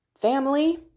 family